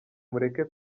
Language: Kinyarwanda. mureke